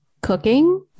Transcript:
cooking